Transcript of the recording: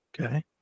Okay